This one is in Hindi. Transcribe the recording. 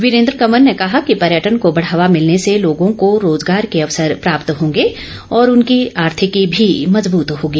वीरेंद्र कंवर ने कहा कि पर्यटन को बढ़ावा मिलने से लोगों को रोजगार के अवसर प्राप्त होंगे और उनकी आर्थिकी भी मजबूत होगी